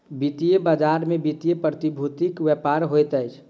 वित्तीय बजार में वित्तीय प्रतिभूतिक व्यापार होइत अछि